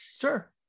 Sure